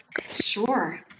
Sure